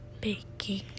Baking